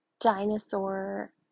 dinosaur